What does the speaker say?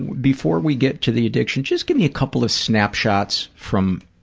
before we get to the addiction, just give me a couple of snapshots from